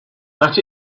that